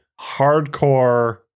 hardcore